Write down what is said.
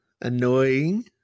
Annoying